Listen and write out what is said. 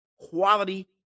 quality